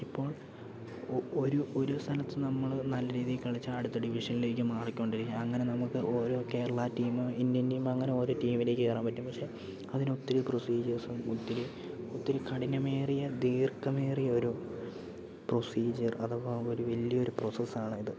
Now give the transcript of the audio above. ഇപ്പോൾ ഒരു ഒരു സ്ഥലത്ത് നമ്മള് നല്ല രീതിയിൽ കളിച്ചാൽ അടുത്ത ഡിവിഷനിലേക്ക് മാറിക്കൊണ്ടിരിക്കും അങ്ങനെ നമുക്ക് ഓരോ കേരള ടീമ് ഇന്ത്യൻ ടീമങ്ങനെ ഓരോ ടീമിലേക്ക് കേറാൻ പറ്റും പക്ഷെ അതിനൊത്തിരി പ്രൊസീജേഴ്സും ഒത്തിരി ഒത്തിരി കഠിനമേറിയ ദീർഘമേറിയ ഒരു പ്രൊസീജിയർ അഥവാ ഒരു വലിയൊരു പ്രൊസസ്സാണ് ഇത്